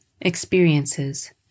Experiences